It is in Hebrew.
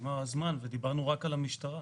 נגמר הזמן ודיברנו רק על המשטרה.